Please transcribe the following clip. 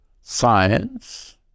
science